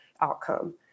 outcome